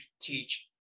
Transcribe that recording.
teach